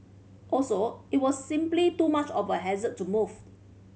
also it was simply too much of a hassle to move